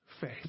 faith